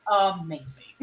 amazing